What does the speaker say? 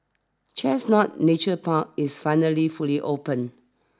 Chestnut Nature Park is finally fully open